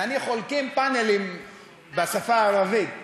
ואני, חולקים פאנלים בשפה הערבית ב-"i24".